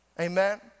Amen